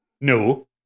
no